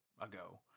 ago